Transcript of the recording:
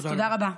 תודה רבה.